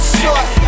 short